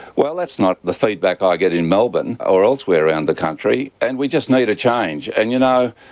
well that's not the feedback i get in melbourne or elsewhere round the country, and we just need a change. and, you know,